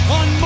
on